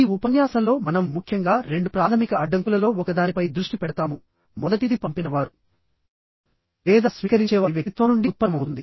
ఈ ఉపన్యాసంలో మనం ముఖ్యంగా రెండు ప్రాథమిక అడ్డంకులలో ఒకదానిపై దృష్టి పెడతాముమొదటిది పంపినవారు లేదా స్వీకరించేవారి వ్యక్తిత్వం నుండి ఉత్పన్నమవుతుంది